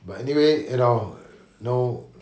but anyway you know no